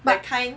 what kind